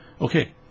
okay